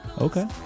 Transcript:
Okay